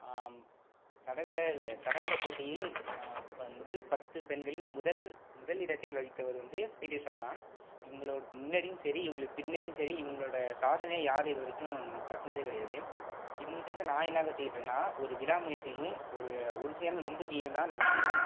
தடகள தடகள போட்டியில் முதல் பத்து பெண்களில் முதல் முதல் இடத்தில் வகித்தவர் வந்து பிடி உஷா தான் இவங்களோட முன்னாடியும் சரி இவங்களுக்கு பின்னாடியும் சரி இவங்களோட சாதனை யாரும் இது வரைக்கும் தட்டுனதே கெடையாது இவங்கள்ட்டேருந்து நான் என்ன கத்துக்கிட்டேன்னால் ஒரு விடா முயற்சியையும் ஒரு உறுதியான நம்பிக்கையும் தான் நான் கற்றுக்கிட்டேன்